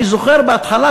אני זוכר בהתחלה,